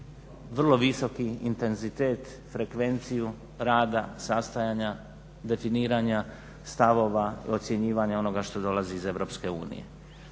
vrlo visoki intenzitet, frekvenciju rada sastajanja, definiranja, stavova i ocjenjivanja onoga što dolazi iz